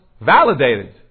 validated